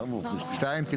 (2) סעיף קטן (א1) בטל,